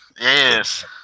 Yes